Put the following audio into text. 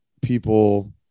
people